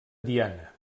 diana